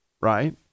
right